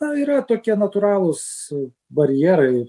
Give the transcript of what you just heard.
na yra tokie natūralūs barjerai